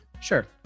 sure